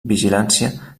vigilància